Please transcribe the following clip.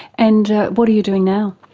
and what are you doing now?